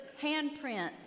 handprints